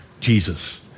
Jesus